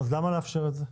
אז למה לאפשר את זה?